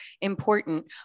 important